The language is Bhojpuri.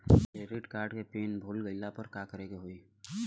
क्रेडिट कार्ड के पिन भूल गईला पर का करे के होई?